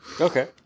Okay